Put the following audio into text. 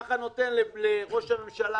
כך זה נותן לראש הממשלה